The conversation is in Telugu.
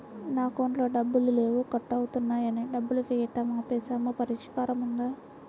నా అకౌంట్లో డబ్బులు లేవు కట్ అవుతున్నాయని డబ్బులు వేయటం ఆపేసాము పరిష్కారం ఉందా?